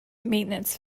maintenance